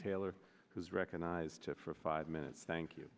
taylor who's recognized for five minutes thank you